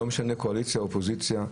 לא משנה קואליציה אופוזיציה.